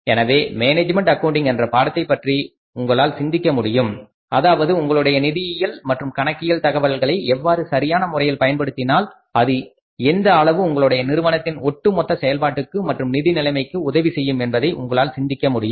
எனவே management accounting என்ற பாடத்தைப் பற்றி உங்களால் சிந்திக்க முடியும் அதாவது உங்களுடைய நிதியியல் அல்லது கணக்கியல் தகவல்களை எவ்வாறு சரியான முறையில் பயன்படுத்தினால் அது எந்த அளவு உங்களுடைய நிறுவனத்தின் ஒட்டுமொத்த செயல்பாட்டுக்கு மற்றும் நிதி நிலைமைக்கு உதவி செய்யும் என்பதை உங்களால் சிந்திக்க முடியும்